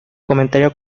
comentario